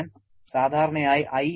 ഞാൻ സാധാരണയായി I